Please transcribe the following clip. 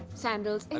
sandals, and